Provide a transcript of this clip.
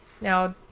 Now